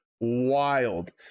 wild